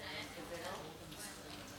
אדוני היושב-ראש, חברות וחברי הכנסת,